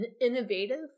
innovative